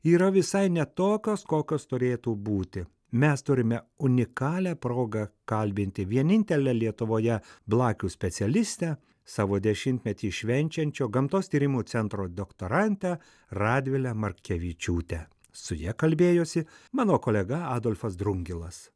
yra visai ne tokios kokios turėtų būti mes turime unikalią progą kalbinti vienintelę lietuvoje blakių specialistę savo dešimtmetį švenčiančio gamtos tyrimų centro doktorantę radvilę markevičiūtę su ja kalbėjosi mano kolega adolfas drungilas